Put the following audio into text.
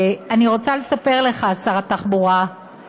אני רוצה לספר לך, שר התחבורה,